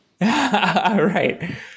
Right